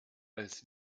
als